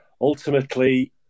Ultimately